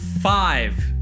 five